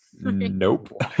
nope